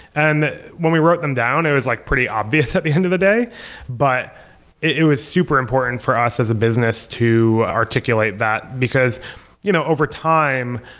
and when we wrote them down, it was like pretty obvious at the end of the day but it was super important for us as a business to articulate that, because you know over time,